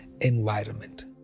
environment